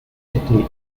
este